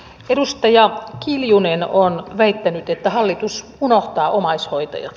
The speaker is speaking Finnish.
edustaja kiljunen on väittänyt että hallitus unohtaa omaishoitajat